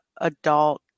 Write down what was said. adult